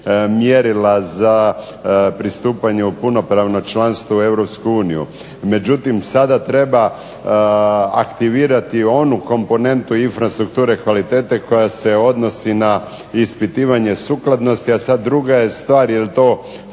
mjerila za pristupanje u punopravno članstvo u Europsku uniju. Međutim sada treba aktivirati onu komponentu infrastrukture kvalitete koja se odnosi na ispitivanje sukladnosti, a sad druga je stvar je li to